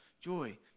joy